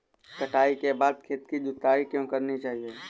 कटाई के बाद खेत की जुताई क्यो करनी चाहिए?